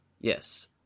Yes